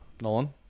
Nolan